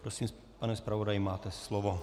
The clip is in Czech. Prosím, pane zpravodaji, máte slovo.